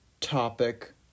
topic